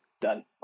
done